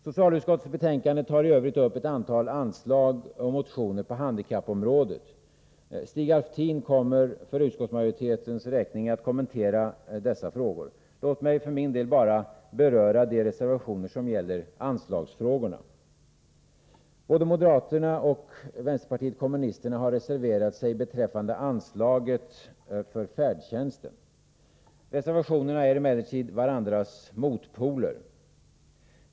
Socialutskottets betänkande tar i övrigt upp ett antal anslag och motioner på handikappområdet. Stig Alftin kommer att för utskottsmajoritetens räkning kommentera dessa frågor. Låt mig för min del bara beröra de reservationer som gäller anslagsfrågorna. Både moderaterna och vänsterpartiet kommunisterna har reserverat sig beträffande anslaget för färdtjänst. Reservationerna är emellertid varandras motpoler.